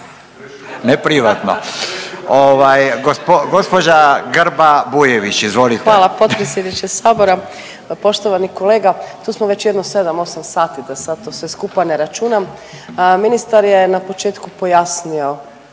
izvolite. **Grba-Bujević, Maja (HDZ)** Hvala potpredsjedniče sabora. Poštovani kolega tu smo već jedno 7-8 sati da sad to sve skupa ne računam. Ministar je na početku pojasnio